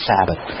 Sabbath